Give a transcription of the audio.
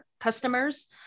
customers